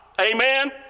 Amen